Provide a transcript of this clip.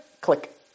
click